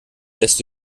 lässt